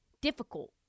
difficult